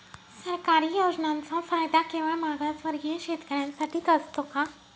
सरकारी योजनांचा फायदा केवळ मागासवर्गीय शेतकऱ्यांसाठीच असतो का?